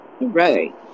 Right